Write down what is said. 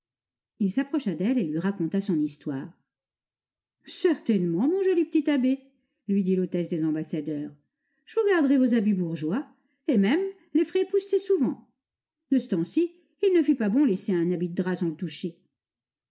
il s'approcha d'elle et lui raconta son histoire certainement mon joli petit abbé lui dit l'hôtesse des ambassadeurs je vous garderai vos habits bourgeois et même les ferai épousseter souvent de ce temps-ci il ne fait pas bon laisser un habit de drap